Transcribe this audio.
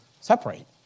separate